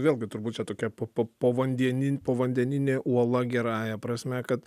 vėlgi turbūt tokia po po povandenin povandeninė uola gerąja prasme kad